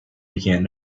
began